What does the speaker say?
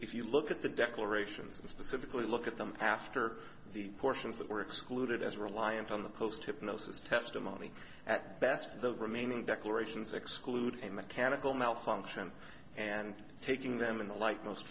if you look at the declarations and specifically look at them after the portions that were excluded as reliance on the post hypnosis testimony at best the remaining declarations exclude a mechanical malfunction and taking them in the light most